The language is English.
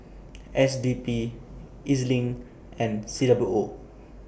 S D P E Z LINK and C W O